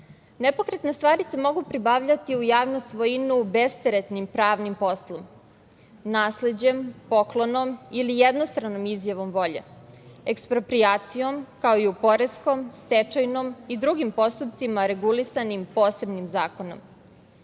obveznika. Nepokretne stvari se mogu pribavljati u javnu svojinu besteretnim pravnim poslom, nasleđem, poklonom ili jednostranom izjavom volje, eksproprijacijom kao i u poreskom, stečajnom i drugim postupcima regulisanim posebnim zakonom.